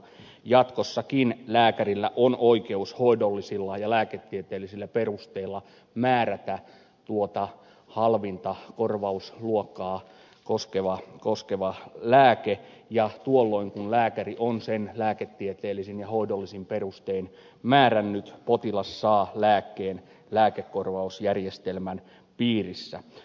jatkossakin lääkärillä on oikeus hoidollisilla ja lääketieteellisillä perusteilla määrätä tuota halvinta korvausluokkaa koskeva lääke ja tuolloin kun lääkäri on sen lääketieteellisin ja hoidollisin perustein määrännyt potilas saa lääkkeen lääkekorvausjärjestelmän piirissä